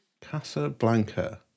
Casablanca